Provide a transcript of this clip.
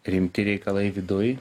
rimti reikalai viduj